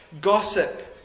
gossip